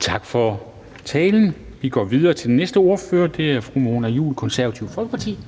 Kl. 20:29 Formanden (Henrik Dam Kristensen): Tak for talen. Vi går videre til næste ordfører, og det er fru Mona Juul, Konservative Folkeparti.